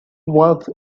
was